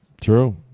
True